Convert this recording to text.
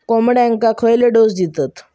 कोंबड्यांक खयले डोस दितत?